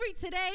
today